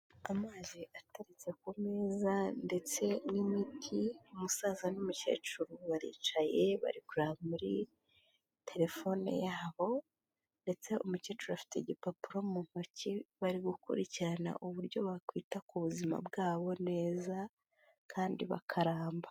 Amazi ateritse ku meza ndetse n'imiti umusaza n'umukecuru baricaye bari kureba muri telefone yabo ndetse umukecuru afite igipapuro mu ntoki bari gukurikirana uburyo bakwita ku buzima bwabo neza kandi bakaramba.